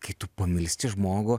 kai tu pamilsti žmogų